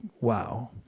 wow